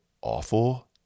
awful